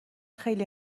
خیلی